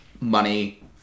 money